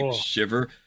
shiver